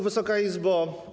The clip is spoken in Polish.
Wysoka Izbo!